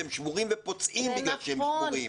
והם פוצעים בגלל שהם שבורים,